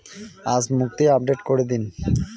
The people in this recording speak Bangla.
আজ মুক্তি আপডেট করে দিন